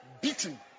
Beaten